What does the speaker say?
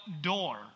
door